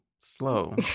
slow